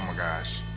gosh.